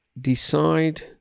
decide